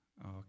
Okay